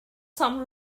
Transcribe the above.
some